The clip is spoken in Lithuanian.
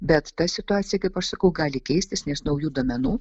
bet ta situacija kaip aš sakau gali keistis nes naujų duomenų